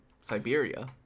Siberia